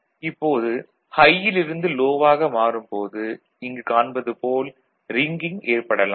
இப்போது ஹை யில் லோ ஆக மாறும் போது இங்கு காண்பது போல் ரிங்கிங் ஏற்படலாம்